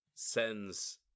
Sends